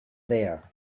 there